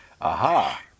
Aha